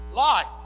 life